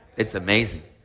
it's amazing.